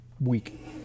week